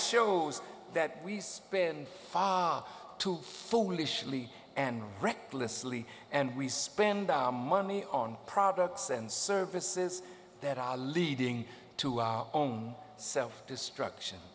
shows that we spend five to foolishly and recklessly and we spend our money on products and services that are leading to our own self destruction